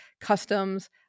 customs